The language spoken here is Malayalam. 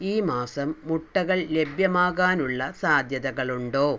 ഈ മാസം മുട്ടകൾ ലഭ്യമാകാനുള്ള സാധ്യതകളുണ്ടോ